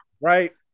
right